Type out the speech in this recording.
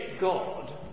God